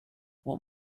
what